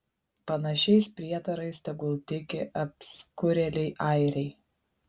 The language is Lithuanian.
panašiais prietarais tegul tiki apskurėliai airiai